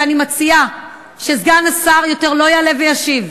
ואני מציעה שסגן השר יותר לא יעלה וישיב.